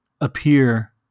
appear